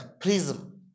Prism